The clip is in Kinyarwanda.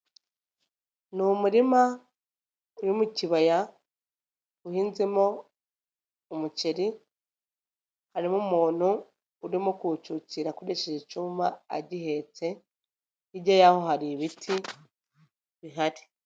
Ni umurima, uri mu kibaya, uhinzemo umuceri, harimo umuntu, urimo kuwucucira akoresheje icyuma agihetse, hirya yaho hari ibiti bihari.